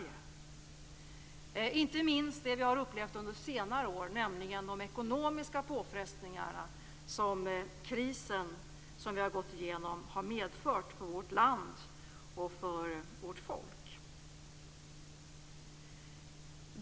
Det gäller inte minst i samband med det som vi har upplevt under senare år, nämligen de ekonomiska påfrestningar som den kris som vi har gått igenom medfört för vårt land och vårt folk.